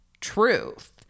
truth